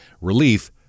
relief